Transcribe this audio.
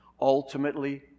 Ultimately